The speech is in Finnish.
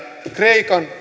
kreikan